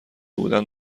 بودند